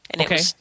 Okay